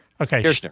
Okay